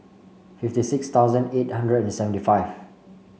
fifty six thousand eight hundred and seventy five